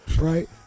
Right